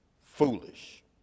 foolish